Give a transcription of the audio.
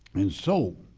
and soul